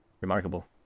remarkable